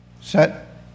set